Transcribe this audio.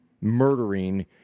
murdering